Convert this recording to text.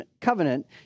covenant